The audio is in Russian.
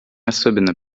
особенно